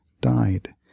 died